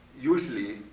usually